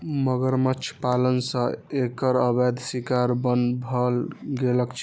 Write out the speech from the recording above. मगरमच्छ पालन सं एकर अवैध शिकार बन्न भए गेल छै